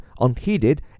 unheeded